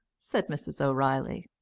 said mrs. o'reilly.